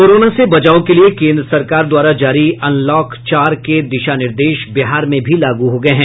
corona से बचाव के लिए केन्द्र सरकार द्वारा जारी अनलॉक चार के दिशा निर्देश बिहार में भी लागू हो गये हैं